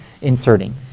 inserting